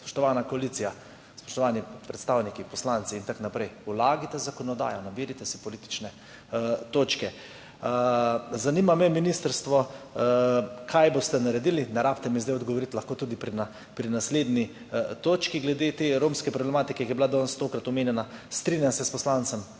spoštovana koalicija, spoštovani predstavniki, poslanci in tako naprej, vlagajte zakonodajo, nabirajte si politične točke. Zanima me, ministrstvo, kaj boste naredili, ne rabite mi zdaj odgovoriti, lahko tudi pri naslednji točki, glede te romske problematike, ki je bila danes tolikokrat omenjena. Strinjam se s poslancem